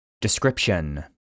Description